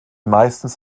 meistens